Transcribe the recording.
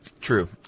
True